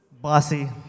bossy